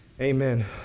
amen